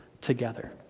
together